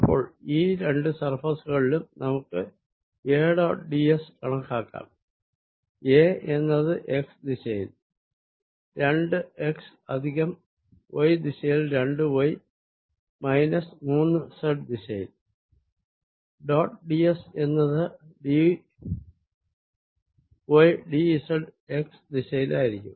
അപ്പോൾ ഈ രണ്ടു സർഫേസുകളിലും നമുക്ക് A ഡോട്ട് d s കണക്കാക്കാംA എന്നത് x ദിശയിൽ രണ്ടു x പ്ലസ് y ദിശയിൽ രണ്ടു y മൈനസ് മൂന്നു z z ദിശയിൽ ഡോട്ട് d s എന്നത് d y d z x ദിശയിലായിരിക്കും